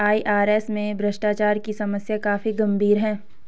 IRS में भ्रष्टाचार की समस्या काफी गंभीर है